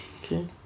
okay